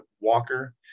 walker